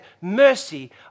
mercy